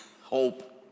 hope